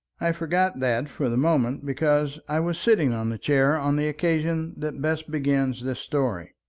i forgot that for the moment because i was sitting on the chair on the occasion that best begins this story.